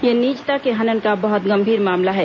यह निजता के हनन का बहुत गंभीर मामला है